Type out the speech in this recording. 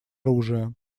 оружия